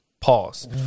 Pause